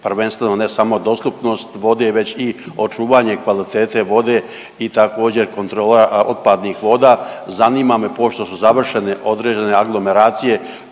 prvenstveno ne samo dostupnost vode već i očuvanje kvalitete vode i također kontrola otpadnih voda. Zanima me pošto su završene određene aglomeracije